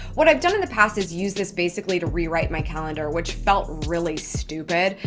what i've done in the past is used this basically to rewrite my calendar, which felt really stupid.